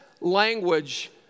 language